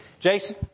Jason